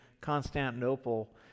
constantinople